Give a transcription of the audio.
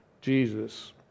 Jesus